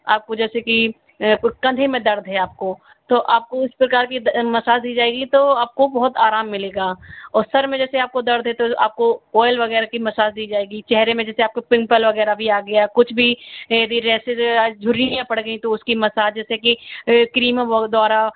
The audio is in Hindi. आपको जैसे कि कंधे में दर्द है आपको तो आपको उस प्रकार की मसाज दी जाएगी तो आपको बहुत आराम मिलेगा और सर में जैसे आपको दर्द है तो ओयल वगैरह की मसाज दी जाएगी चेहरे में आपको पिम्पल वगैरह आ गया कुछ भी ये भी रेषेस झुर्रियां पड़ गई तो उसकी मसाज जैसे कि क्रीमों द्वारा